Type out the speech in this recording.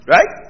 Right